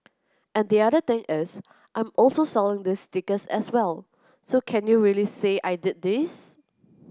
and the other thing is I'm also selling these stickers as well so can you really say I did these